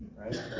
right